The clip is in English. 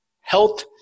Health